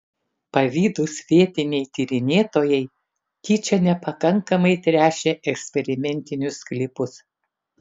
pavydūs vietiniai tyrinėtojai tyčia nepakankamai tręšė eksperimentinius sklypus